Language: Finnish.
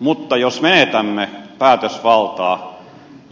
mutta jos menetämme päätösvaltaa